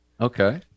okay